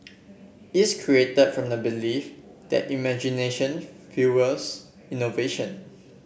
is created from the belief that imagination fuels innovation